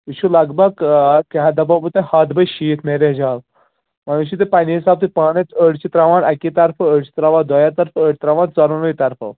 یہِ چھُ لگ بگ کیٛاہ دَپو تۄہہِ ہَتھ بَے شیٖتھ میریٚج ہال وۅنۍ وُچھُو تُہۍ پنٕنہِ حِساب تہِ پانے أڑۍ چھِ ترٛاوان اَکی طرفہٕ أڑۍ چھِ ترٛاوان دۄیو طرفہٕ أڑۍ چھِ ترٛاوان ژونوٕنی طرفو